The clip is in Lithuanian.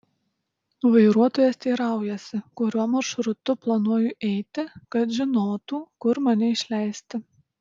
vairuotojas teiraujasi kuriuo maršrutu planuoju eiti kad žinotų kur mane išleisti